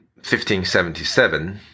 1577